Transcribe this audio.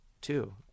Two